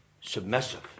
submissive